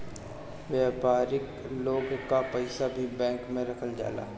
व्यापारिक लोग कअ पईसा भी बैंक में रखल जाला